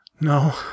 No